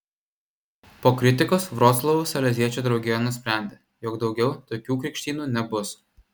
po kritikos vroclavo saleziečių draugija nusprendė jog daugiau tokių krikštynų nebus